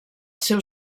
seu